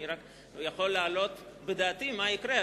אני רק יכול להעלות בדעתי מה יקרה.